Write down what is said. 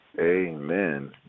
Amen